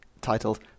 titled